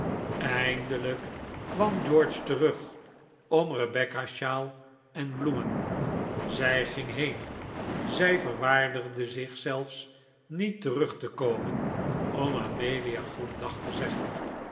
eindelijk kwam george terug om rebecca's sjaal en bloemen zij ging heen zij verwaardigde zich zelfs niet terug te komen om amelia goeden dag te zeggen